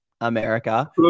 America